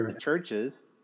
churches